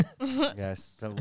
yes